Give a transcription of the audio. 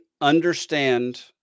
understand